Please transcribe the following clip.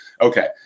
Okay